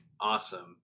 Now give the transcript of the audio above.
awesome